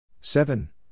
Seven